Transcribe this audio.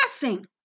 blessing